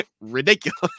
ridiculous